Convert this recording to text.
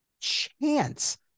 chance